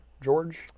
George